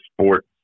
sport